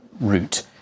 route